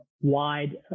wide